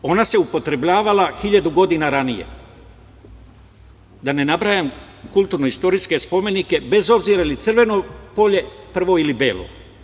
Ona se upotrebljavala hiljadu godina ranije, da ne nabrajam kulturnoistorijske spomenike, bez obzira je li crveno polje prvo ili belo.